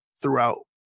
throughout